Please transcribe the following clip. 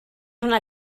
una